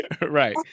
Right